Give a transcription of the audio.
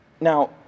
Now